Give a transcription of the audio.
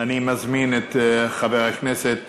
אני מזמין את חבר הכנסת